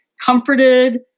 comforted